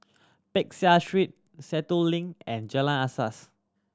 Peck Seah Street Sentul Link and Jalan Asas